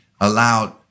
allowed